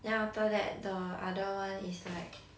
then after that the other one is like